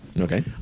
Okay